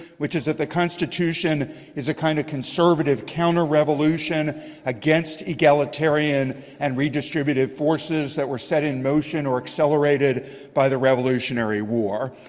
which is that the constitution is a kind of conservative counter-revolution against egalitarian and redistributed forces that were set in motion or accelerated by the revolutionary war.